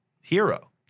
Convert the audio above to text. hero